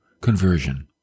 conversion